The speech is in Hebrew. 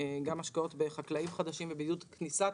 גם השקעות בחקלאים חדשים ובעידוד כניסת